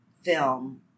film